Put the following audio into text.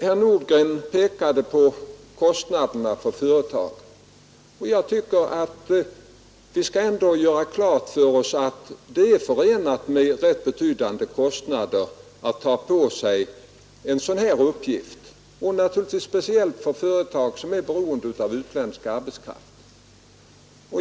Herr Nordgren pekade på kostnaderna för företagen. Vi skall göra klart för oss att det är förenat med rätt betydande kostnader att ta på sig en sådan här uppgift, naturligtvis speciellt för företag som är beroende av utländsk arbetskraft.